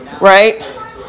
right